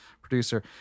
producer